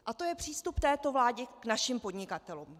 A to je přístup této vlády k našim podnikatelům.